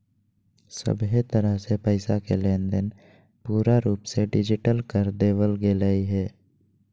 सभहे तरह से पैसा के लेनदेन पूरा रूप से डिजिटल कर देवल गेलय हें